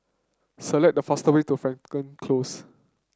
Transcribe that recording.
select the fastest way to Frankel Close